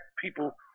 people